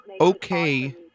okay